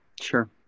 Sure